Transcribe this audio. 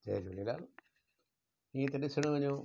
जय झूलेलाल इअं त ॾिसणु वञो